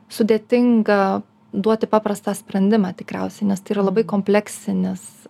sudėtinga duoti paprastą sprendimą tikriausiai nes tai yra labai kompleksinis